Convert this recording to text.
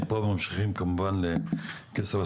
מפה אנחנו ממשיכים כמובן לכסרא-סמיע,